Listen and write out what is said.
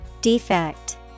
Defect